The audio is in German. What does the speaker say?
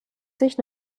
sich